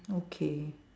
okay